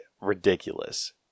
ridiculous